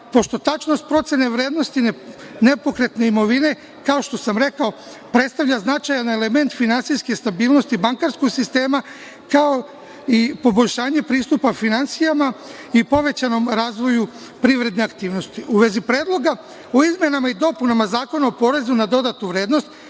pošto tačnost procene vrednosti nepokretne imovine, kao što sam rekao, predstavlja značajan element finansijske stabilnosti bankarskog sistema, kao i poboljšanje pristupa finansijama i povećanom razvoju privredne aktivnosti.U vezi Predloga o izmenama i dopunama Zakona o porezu na dodatu vrednost,